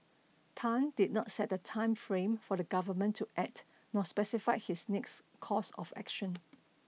Tan did not set a time frame for the government to act nor specified his next course of action